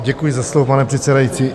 Děkuji za slovo, pane předsedající.